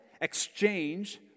exchange